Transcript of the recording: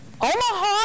Omaha